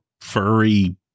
furry